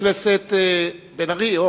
חבר הכנסת בן-ארי.